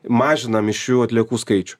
mažina mišrių atliekų skaičių